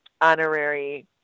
honorary